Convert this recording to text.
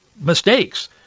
mistakes